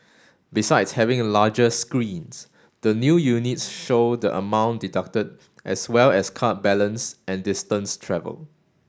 besides having a larger screens the new units show the amount deducted as well as card balance and distance travel